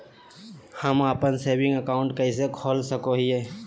हम अप्पन saving account कइसे खोल सको हियै?